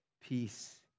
peace